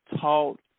taught